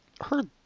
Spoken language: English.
Heard